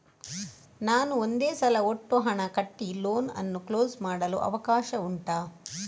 ನಾನು ಒಂದೇ ಸಲ ಒಟ್ಟು ಹಣ ಕಟ್ಟಿ ಲೋನ್ ಅನ್ನು ಕ್ಲೋಸ್ ಮಾಡಲು ಅವಕಾಶ ಉಂಟಾ